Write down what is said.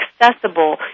accessible